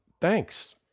thanks